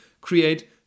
create